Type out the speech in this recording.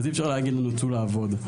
אי-אפשר להגיד לנו: צאו לעבוד.